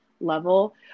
level